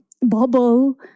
bubble